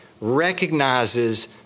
recognizes